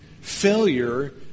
failure